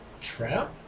Trap